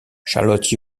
charlotte